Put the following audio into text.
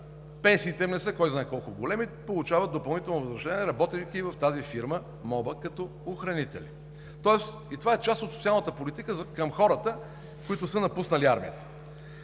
пенсиите им не са кой знае колко големи, и сега получават допълнително възнаграждение, работейки в тази фирма МОБА като охранители. Това е част от социалната политика към хората, които са напуснали армията.